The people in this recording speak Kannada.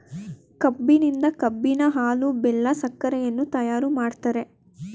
ಕಬ್ಬಿನಿಂದ ಕಬ್ಬಿನ ಹಾಲು, ಬೆಲ್ಲ, ಸಕ್ಕರೆಯನ್ನ ತಯಾರು ಮಾಡ್ತರೆ